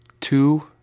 two